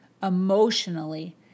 emotionally